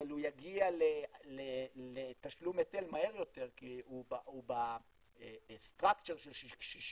אבל הוא יגיע לתשלום היטל מהר יותר כי הוא במבנה של ששינסקי,